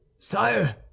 sire